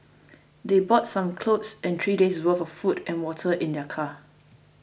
they brought some clothes and three days worth of food and water in their car